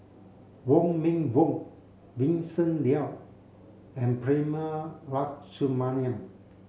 Wong Meng Voon Vincent Leow and Prema Letchumanan